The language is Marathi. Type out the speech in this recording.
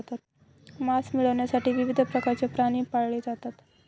मांस मिळविण्यासाठी विविध प्रकारचे प्राणी पाळले जातात